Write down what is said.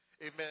amen